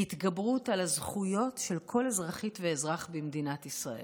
היא התגברות על הזכויות של כל אזרחית ואזרח במדינת ישראל,